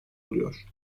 oluyor